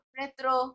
retro